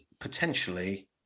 potentially